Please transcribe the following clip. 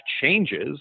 changes